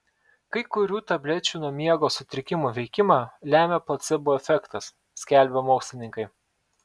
kai kurių tablečių nuo miego sutrikimų veikimą lemią placebo efektas skelbia mokslininkai